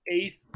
eighth